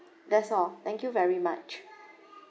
that's all thank you very much